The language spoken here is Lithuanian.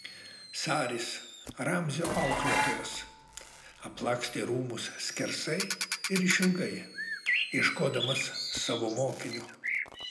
saris ramzio auklėtojas aplakstė rūmus skersai ir išilgai ieškodamas savo mokinio